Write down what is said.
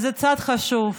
אז זה צעד חשוב.